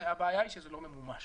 הבעיה היא שזה לא ממומש.